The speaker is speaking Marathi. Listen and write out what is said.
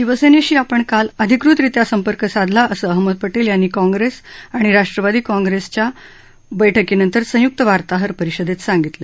शिवसेनेशी आपण काल अधिकतरीत्या संपर्क साधला असं अहमद पटेल यांनी काँग्रेस आणि राष्ट्रवादी काँग्रेसच्या बैठकीसच्या बैठकीनंतर संयुक्त वार्ताहर परिषदेत सांगितलं